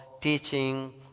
teaching